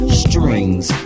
strings